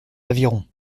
avirons